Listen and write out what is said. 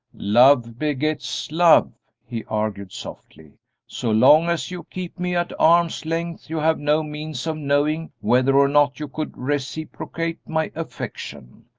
love begets love, he argued, softly so long as you keep me at arm's length you have no means of knowing whether or not you could reciprocate my affection.